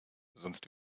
sonst